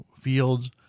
fields